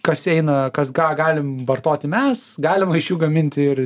kas eina kas ga galim vartoti mes galima iš jų gamintiir